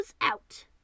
out